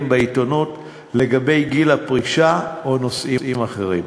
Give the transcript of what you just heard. בעיתונות לגבי גיל הפרישה או נושאים אחרים.